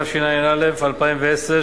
התשע"א 2010,